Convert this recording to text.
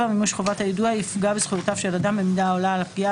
מימוש חובת היידוע יפגע בזכויותיו של אדם במידה העולה על הפגיעה